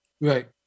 Right